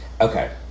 Okay